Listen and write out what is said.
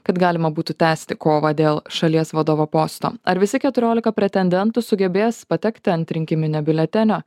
kad galima būtų tęsti kovą dėl šalies vadovo posto ar visi keturiolika pretendentų sugebės patekti ant rinkiminio biuletenio